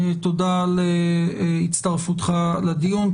תודה על הצטרפותך לדיון.